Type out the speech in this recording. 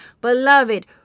Beloved